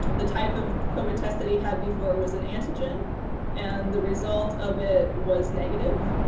the type of cobra test that he had before it was an antigen and the result of it was negative.